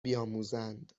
بیاموزند